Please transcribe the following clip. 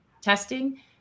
testing